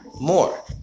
more